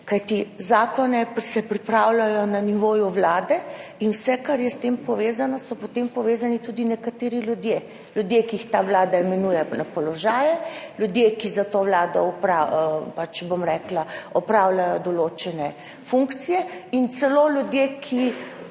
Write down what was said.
kajti zakoni se pripravljajo na nivoju Vlade in vse, kar je s tem povezano, so potem s tem povezani tudi nekateri ljudje. Ljudje, ki jih ta vlada imenuje na položaje, ljudje, ki za to vlado opravljajo določene funkcije, in celo ljudje, ki